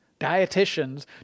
dietitians